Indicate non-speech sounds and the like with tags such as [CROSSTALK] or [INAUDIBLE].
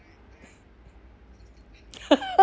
[LAUGHS]